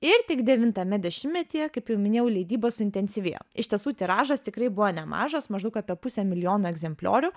ir tik devintame dešimtmetyje kaip jau minėjau leidyba suintensyvėjo iš tiesų tiražas tikrai buvo nemažas maždaug apie pusę milijono egzempliorių